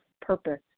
purpose